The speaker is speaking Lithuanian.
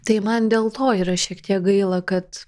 tai man dėl to yra šiek tiek gaila kad